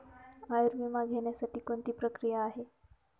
आयुर्विमा घेण्यासाठी कोणती प्रक्रिया आहे?